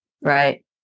Right